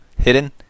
hidden